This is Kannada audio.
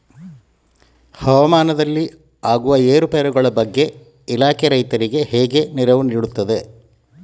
ಹವಾಮಾನದಲ್ಲಿ ಆಗುವ ಏರುಪೇರುಗಳ ಬಗ್ಗೆ ಇಲಾಖೆ ರೈತರಿಗೆ ಹೇಗೆ ನೆರವು ನೀಡ್ತದೆ?